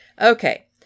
okay